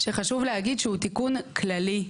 חשוב להגיד שהוא תיקון כללי,